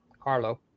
Carlo